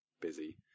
busy